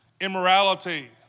immorality